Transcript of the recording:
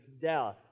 death